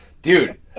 Dude